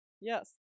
Yes